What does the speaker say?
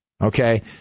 Okay